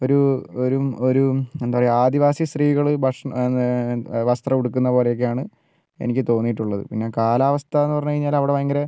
ഒരു ഒരു ഒരു എന്താ പറയുക ആദിവാസി സ്ത്രീകൾ വസ്ത്രം ഉടുക്കുന്ന പോലെയൊക്കെയാണ് എനിക്ക് തോന്നിയിട്ടുള്ളത് പിന്നെ കാലാവസ്ഥയെന്ന് പറഞ്ഞു കഴിഞ്ഞാൽ അവിടെ ഭയങ്കര